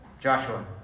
Joshua